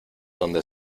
donde